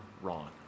wrong